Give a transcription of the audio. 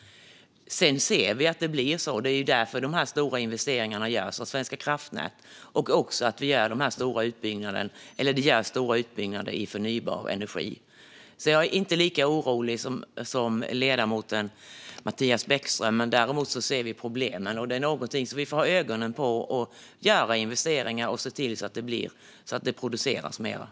Vi ser att det blir så. Det är därför de stora investeringarna görs av Svenska kraftnät, och det görs stora utbyggnader i förnybar energi. Jag är inte lika orolig som ledamoten Mattias Bäckström, men däremot ser vi problemen. Det är något som vi får ha ögonen på, göra investeringar i och se till att produktionen ökar.